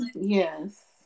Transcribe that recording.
yes